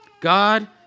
God